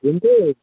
किन्तु